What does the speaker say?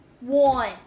one